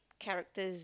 characters